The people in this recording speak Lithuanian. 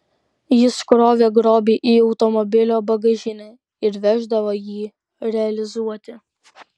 jis krovė grobį į automobilio bagažinę ir veždavo jį realizuoti